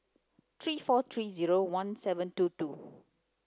three four three zero one seven two two